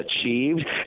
achieved